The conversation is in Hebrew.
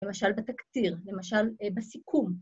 למשל בתקציר, למשל בסיכום.